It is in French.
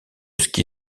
ski